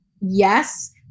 yes